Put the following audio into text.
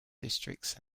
districts